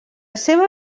seva